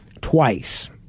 twice